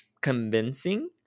convincing